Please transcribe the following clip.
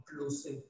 inclusive